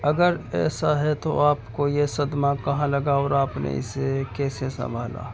اگر ایسا ہے تو آپ کو یہ صدمہ کہاں لگا اور آپ نے اسے کیسے سنبھالا